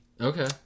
Okay